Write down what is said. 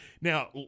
now